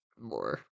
more